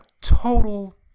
total